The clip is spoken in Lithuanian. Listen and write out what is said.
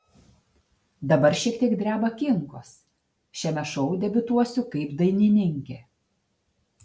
dabar šiek tiek dreba kinkos šiame šou debiutuosiu kaip dainininkė